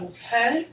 Okay